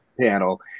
panel